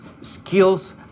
skills